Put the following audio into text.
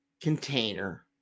container